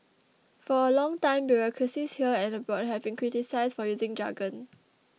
for a long time bureaucracies here and abroad have been criticised for using jargon